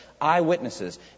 Eyewitnesses